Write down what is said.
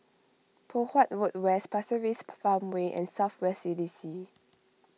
Poh Huat Road West Pasir Ris Farmway and South West C D C